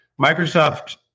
Microsoft